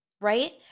right